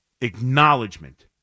acknowledgement